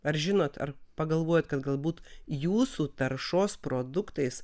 ar žinot ar pagalvojat kad galbūt jūsų taršos produktais